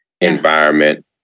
environment